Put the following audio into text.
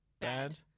Bad